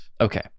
Okay